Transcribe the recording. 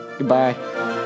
Goodbye